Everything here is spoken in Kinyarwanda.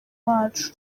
wacu